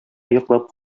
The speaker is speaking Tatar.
йоклап